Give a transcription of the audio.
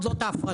זאת ההפרטה.